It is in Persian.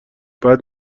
بعد